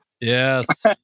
Yes